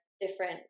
different